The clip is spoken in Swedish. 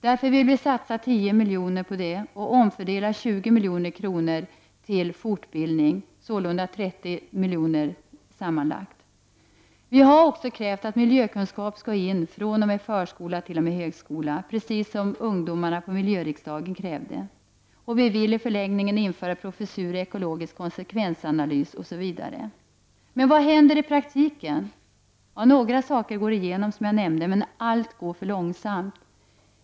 Därför vill vi satsa 10 milj.kr. och omfördela 20 milj.kr. till detta ändamål, sålunda 30 milj.kr. sammanlagt. Vi har också krävt att miljökunskap skall in fr.o.m. förskola t.o.m. högskola, precis som ungdomarna på miljöriksdagen krävde. Vi vill i förlängningen införa professur i ekologisk konsekvensanalys, osv. Men vad händer i praktiken? Några saker går igenom, som jag nämnde, men allt går för långsamt.